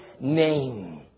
name